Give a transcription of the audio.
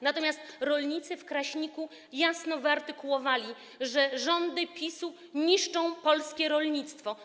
Natomiast rolnicy w Kraśniku jasno wyartykułowali, że rządy PiS-u niszczą polskie rolnictwo.